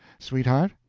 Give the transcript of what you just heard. sweetheart?